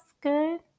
good